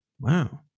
wow